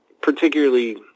particularly